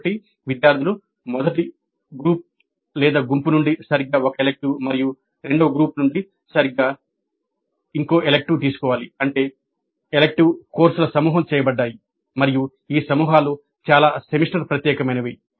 కాబట్టి విద్యార్థులు మొదటి గుంపు నుండి సరిగ్గా ఒక ఎలిక్టివ్ మరియు రెండవ గ్రూప్ నుండి సరిగ్గా ఒక ఎలిక్టివ్ తీసుకోవాలి అంటే ఎలెక్టివ్ కోర్సులు సమూహం చేయబడ్డాయి మరియు ఈ సమూహాలు చాలా సెమిస్టర్ ప్రత్యేకమైనవి